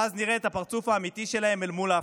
ואז נראה את הפרצוף האמיתי שלהם אל מול ההבטחות.